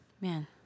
Man